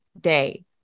day